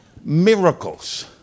Miracles